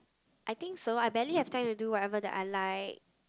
I think so I barely have time to do whatever that I like